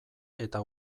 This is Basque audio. eta